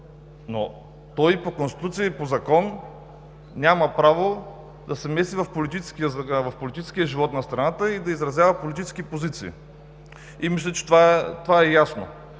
но той и по Конституция, и по закон няма право да се меси в политическия живот на страната и да изразява политически позиции. Мисля, че това е ясно.